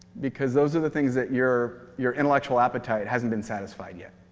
because those are the things that your your intellectual appetite hasn't been satisfied yet.